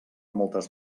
moltes